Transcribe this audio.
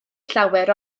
llawer